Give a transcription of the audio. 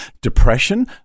Depression